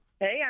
Hey